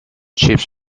chips